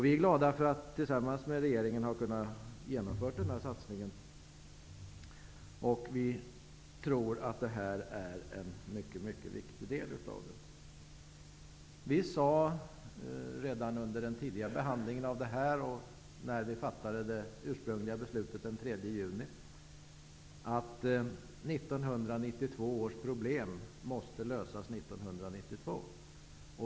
Vi är glada över att tillsammans med regeringen kunna genomföra denna mycket viktiga satsning. Vi sade redan under den tidiga behandlingen och när vi fattade det ursprungliga beslutet den 3 juni att 1992 års problem måste lösas 1992.